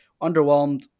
underwhelmed